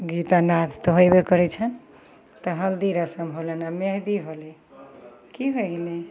गीत नाद तऽ होएबे करय छन्हि तऽ हल्दी रस्म होलनि मेहन्दी होलय की भए गेलय